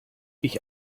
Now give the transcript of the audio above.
ich